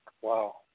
Wow